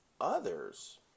others